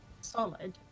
solid